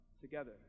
together